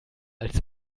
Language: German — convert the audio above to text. als